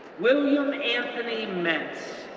william anthony mentz,